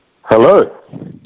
Hello